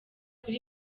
kuri